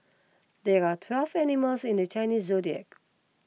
there are twelve animals in the Chinese zodiac